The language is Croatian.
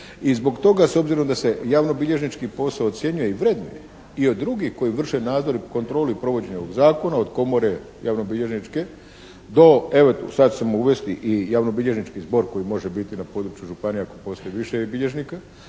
i zbog toga s obzirom da se javnobilježnički posao ocjenjuje i vrednuje i od drugih koji vrše nadzor i kontrolu i provođenje ovog Zakona, od Komore javnobilježničke do, evo ga, sad ćemo uvesti i javnobilježnički zbog koji može biti na području županije ako postoji više bilježnika,